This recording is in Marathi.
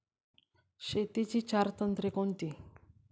शेतीची चार तंत्रे कोणती?